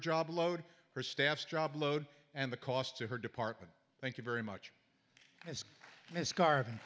job load her staff's job load and the cost to her department thank you very much as this